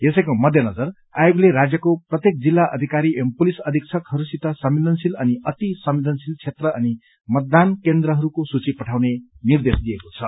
यसैको मध्ये नजर आयोगले राज्यको प्रत्येक जिल्ला अधिकारी एवं पुलिस अधिक्षकहरूसित संवदेनशील अनि अति संवेदनशील क्षेत्र अनि मतदान केन्द्रहरूका सूची पठाउने निर्देश दिएको छ